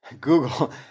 Google